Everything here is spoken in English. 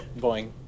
boing